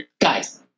guys